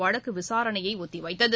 வழக்கு விசாரணையை ஒத்திவைத்துள்ளது